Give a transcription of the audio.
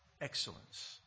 excellence